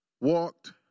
walked